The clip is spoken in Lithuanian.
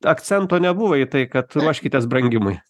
akcento nebuvo į tai kad ruoškitės brangimui